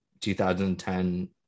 2010